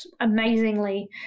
amazingly